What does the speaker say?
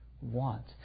want